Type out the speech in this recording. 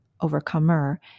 overcomer